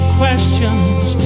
questions